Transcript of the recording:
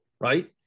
right